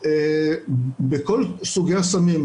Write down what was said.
בכל סוגי הסמים,